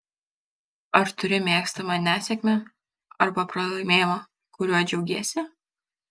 ar turi mėgstamą nesėkmę arba pralaimėjimą kuriuo džiaugiesi